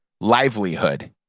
livelihood